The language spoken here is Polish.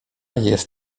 jest